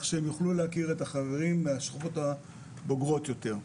כן שהם יוכלו להכיר את החברים מהשכבות הבוגרות יותר.